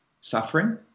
suffering